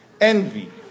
envy